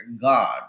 God